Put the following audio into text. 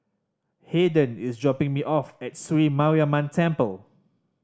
Hayden is dropping me off at Sri Mariamman Temple